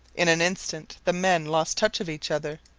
in an instant the men lost touch of each other.